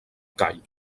call